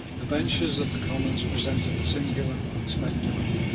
the benches of the commons presented a singular spectacle.